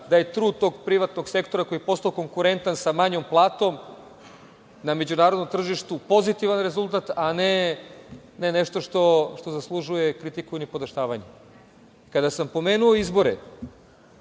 da je trut tog privatnog sektora koji je postao konkurentan sa manjom platom na međunarodnom tržištu pozitivan rezultat, a ne nešto što zaslužuje kritiku nipodaštavanja. Kada sam pomenuo izbore,